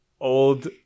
old